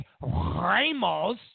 Ramos